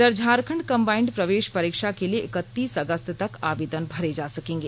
इघर झारखंड कंबाइंड प्रवेश परीक्षा के लिए इकतीस अगस्त तक आवेदन भरे जा सकेंगे